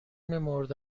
مورد